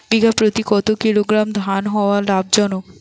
বিঘা প্রতি কতো কিলোগ্রাম ধান হওয়া লাভজনক?